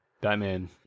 Batman